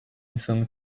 insanı